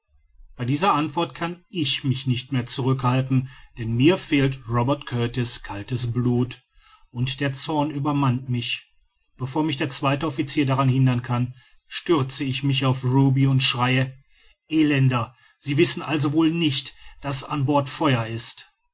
bei dieser antwort kann ich mich nicht mehr zurückhalten denn mir fehlt robert kurtis kaltes blut und der zorn übermannt mich bevor mich der zweite officier daran hindern kann stürze ich mich auf ruby und schreie elender sie wissen also wohl nicht daß an bord feuer ist